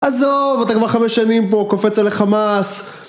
עזוב, אתה כבר חמש שנים פה, קופץ על החמאס.